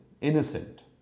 innocent